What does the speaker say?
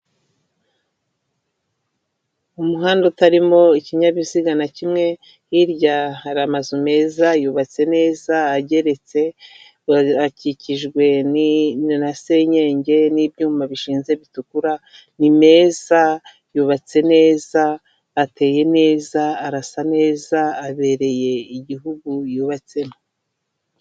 Umuhanda utarimo ikinyabiziga na kimwe, hirya hari amazu meza yubatse neza ageretse akikijwe na senyenge, n'ibyuma bishinze bitukura, nimeza yubatse neza ateye neza arasa neza abereye igihugu yubatsemo.